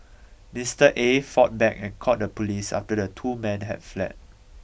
Mister Aye fought back and called the police after the two men had fled